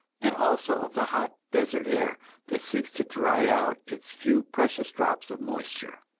and also of the hot desert air that seeks to dry out its few precious drops of moisture.